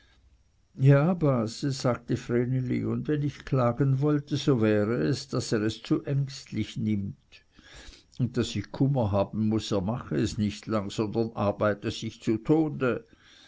ja base sagte vreneli und wenn ich klagen wollte so wäre es daß er es zu ängstlich nimmt und daß ich kummer haben muß er mache es nicht lang sondern arbeite sich zu tode